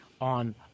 on